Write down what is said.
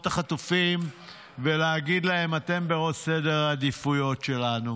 החטופים ולהגיד להם: אתם בראש סדר העדיפויות שלנו.